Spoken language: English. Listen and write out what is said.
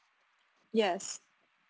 yes